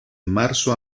marzo